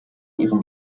ihrem